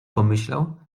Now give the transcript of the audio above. pomyślał